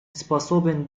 способен